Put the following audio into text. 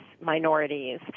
minorities